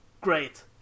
Great